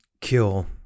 kill